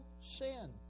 sin